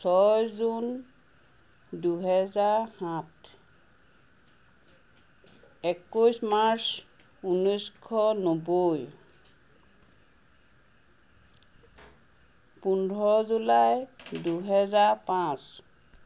ছয় জুন দুহেজাৰ সাত একৈছ মাৰ্চ ঊনৈছশ নব্বৈ পোন্ধৰ জুলাই দুহেজাৰ পাঁচ